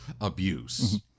abuse